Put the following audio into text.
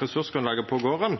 ressursgrunnlaget på garden,